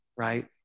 Right